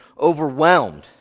overwhelmed